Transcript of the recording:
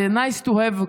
זה nice to have,